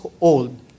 old